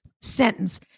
sentence